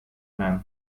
man